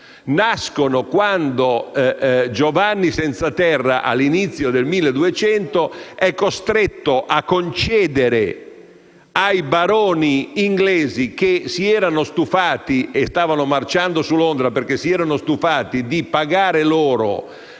nascono quando Giovanni Senzaterra, all'inizio del 1200, è costretto a concedere ai baroni inglesi, che stavano marciando su Londra perché si erano stufati di pagare